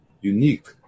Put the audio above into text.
unique